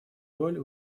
роль